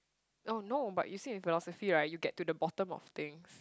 oh no but you see in philosophy right you get to the bottom of things